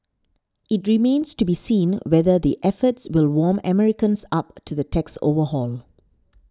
it remains to be seen whether the efforts will warm Americans up to the tax overhaul